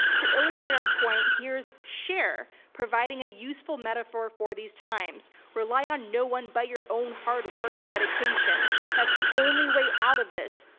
to illustrate our point, here's cher, providing a useful metaphor for these times. rely on no one by your own hard work and dedication. that's the only way out of this.